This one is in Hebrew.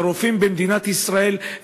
שהרופאים במדינת ישראל,